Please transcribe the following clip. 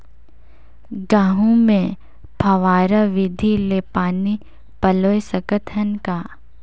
गहूं मे फव्वारा विधि ले पानी पलोय सकत हन का?